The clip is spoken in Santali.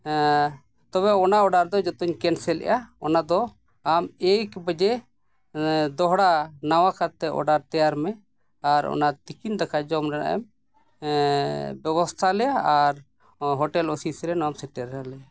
ᱦᱮᱸ ᱛᱚᱵᱮ ᱚᱱᱟ ᱚᱰᱟᱨ ᱫᱚᱧ ᱡᱚᱛᱚᱧ ᱠᱮᱹᱱᱥᱮᱹᱞᱮᱫᱼᱟ ᱚᱱᱟᱫᱚ ᱟᱢ ᱮᱠ ᱵᱟᱡᱮ ᱫᱚᱦᱲᱟ ᱱᱟᱣᱟ ᱠᱟᱨᱛᱮ ᱚᱰᱟᱨ ᱛᱮᱭᱟᱨ ᱢᱮ ᱟᱨ ᱚᱱᱟ ᱛᱤᱠᱤᱱ ᱫᱟᱠᱟ ᱡᱚᱢ ᱨᱮᱭᱟᱜ ᱮᱢ ᱵᱮᱵᱚᱥᱛᱷᱟ ᱟᱞᱮᱭᱟ ᱟᱨ ᱦᱳᱴᱮᱹᱞ ᱚᱥᱤᱥ ᱨᱮ ᱱᱚᱣᱟᱢ ᱥᱮᱴᱮᱨ ᱟᱞᱮᱭᱟ